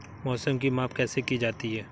मौसम की माप कैसे की जाती है?